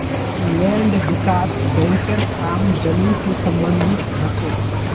land विकास बैंकेर काम जमीन से सम्बंधित ह छे